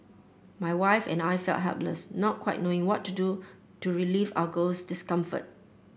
my wife and I felt helpless not quite knowing what to do to relieve our girl's discomfort